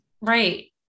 Right